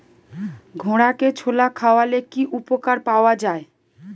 ঘোড়াকে ছোলা খাওয়ালে কি উপকার পাওয়া যায়?